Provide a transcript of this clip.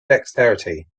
dexterity